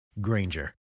Granger